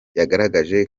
yagaragaje